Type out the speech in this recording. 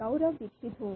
गौरव दीक्षित हूं